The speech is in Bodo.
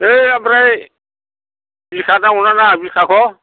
है ओमफ्राय बिखा नांगौना नाङा बिखाखौ